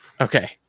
Okay